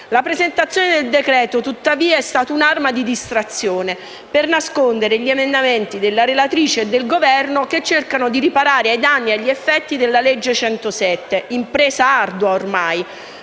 La presentazione del decreto-legge è stata tuttavia un'arma di distrazione per nascondere gli emendamenti della relatrice e del Governo che cercano di riparare ai danni e agli effetti della legge 13 luglio 2015, n.